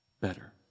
better